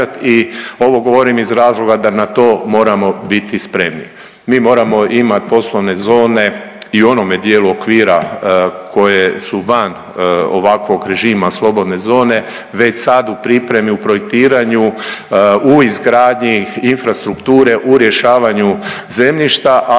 i ovo govorim iz razloga da na to moramo biti spremni. Mi moramo imati poslovne zone i u onome dijelu okvira koje su van ovakvog režima slobodne zone već sad u pripremi, u projektiranju, u izgradnji infrastrukture, u rješavanja zemljišta,